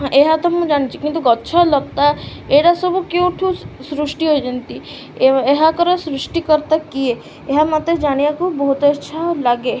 ଏହା ତ ମୁଁ ଜାଣିଛି କିନ୍ତୁ ଗଛ ଲତା ଏଡ଼ା ସବୁ କେଉଁଠୁ ସୃଷ୍ଟି ହୋଇଛନ୍ତି ଏହାକର ସୃଷ୍ଟିକର୍ତ୍ତା କିଏ ଏହା ମୋତେ ଜାଣିବାକୁ ବହୁତ ଇଚ୍ଛା ଲାଗେ